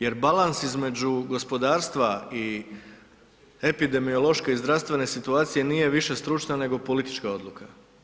Jer balans između gospodarstva i epidemiološke i zdravstvene situacije nije više stručna nego politička odluka.